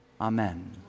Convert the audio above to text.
Amen